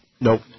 Nope